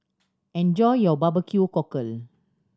enjoy your barbecue cockle